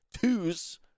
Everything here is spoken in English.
twos